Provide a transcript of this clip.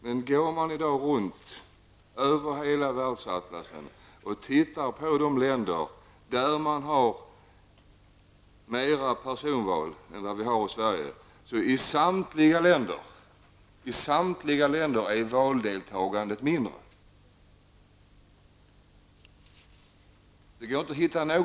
Men om vi ser på de länder runt om i världen där man har mera personval än vad vi har i Sverige är valdeltagandet i samtliga de länderna mindre.